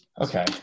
Okay